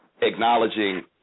acknowledging